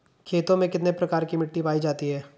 खेतों में कितने प्रकार की मिटी पायी जाती हैं?